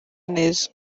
neza